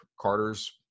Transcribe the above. Carter's